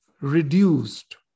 reduced